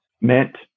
meant